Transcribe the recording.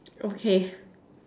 okay